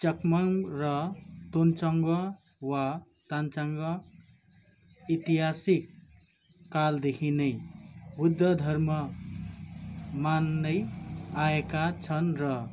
चकमा र टोङ्चाङ्या वा तान्चाङ्याहरू ऐतिहासिक कालदेखि नै बौद्ध धर्म मान्दै आएका छन् र